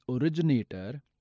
originator